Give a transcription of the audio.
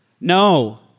No